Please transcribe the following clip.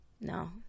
no